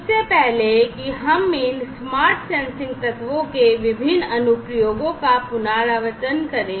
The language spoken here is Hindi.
इससे पहले कि हम इन स्मार्ट सेंसिंग तत्वों के विभिन्न अनुप्रयोगों का पुनरावर्तन करें